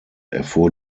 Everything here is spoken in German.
erfuhr